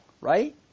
right